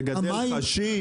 לגדל חשיש גם אסור.